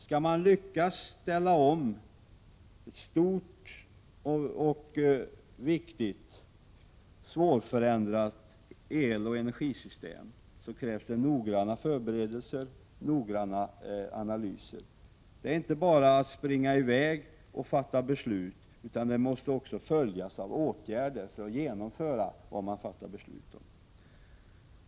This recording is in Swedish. Skall man lyckas ställa om ett stort och svårförändrat eloch energisystem, krävs noggranna förberedelser och analyser. Det är inte bara att springa i väg och fatta beslut, utan dessa beslut måste följas av åtgärder för att man skall kunna genomföra vad man har fattat beslut om.